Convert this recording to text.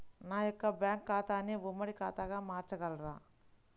నా యొక్క బ్యాంకు ఖాతాని ఉమ్మడి ఖాతాగా మార్చగలరా?